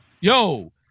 yo